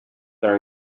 their